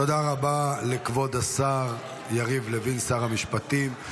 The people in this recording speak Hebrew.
תודה רבה לכבוד השר יריב לוין, שר המשפטים.